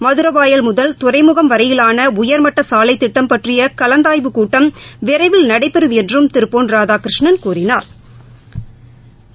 மதுரவாயல் முதல் துறைமுகம் வரையிலான உயாமட்ட சாலை திட்டம் பற்றிய கலந்தாய்வுக் கூட்டம் விரைவில் நடைபெறும் என்றும் திரு பொன் ராதாகிருஷ்ணன் கூறினாா்